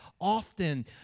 often